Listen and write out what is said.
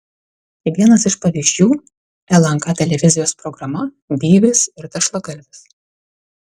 vienas iš pavyzdžių lnk televizijos programa byvis ir tešlagalvis